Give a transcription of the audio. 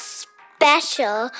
special